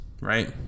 right